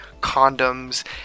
condoms